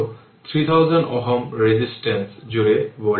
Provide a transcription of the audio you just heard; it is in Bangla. সুতরাং 4 04 e এর পাওয়ার 5 t তাই V 16 t 0 এর জন্য 5 t ভোল্ট